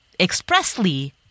expressly